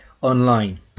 online